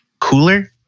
cooler